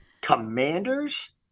Commanders